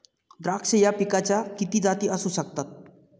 द्राक्ष या पिकाच्या किती जाती असू शकतात?